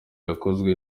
yakozwe